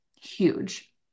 Huge